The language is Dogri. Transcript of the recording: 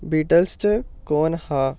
बीटल्स च कौन हा